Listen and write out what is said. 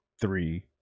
three